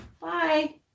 Bye